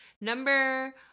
Number